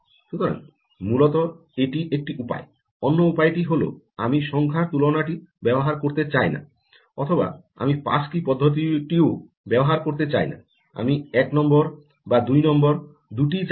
সুতরাং মূলত এটি একটি উপায় অন্য উপায়টি হল আমি সংখ্যার তুলনাটি ব্যবহার করতে চাই না অথবা আমি পাস কী পদ্ধতিটিও ব্যবহার করতে চাই না আমি এক নম্বর বা দুই নম্বর দুটিই চাই না